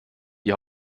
die